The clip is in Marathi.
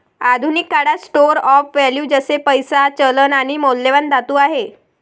आधुनिक काळात स्टोर ऑफ वैल्यू जसे पैसा, चलन आणि मौल्यवान धातू आहे